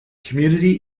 community